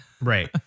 Right